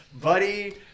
buddy